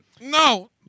No